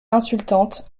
insultante